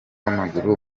w’amaguru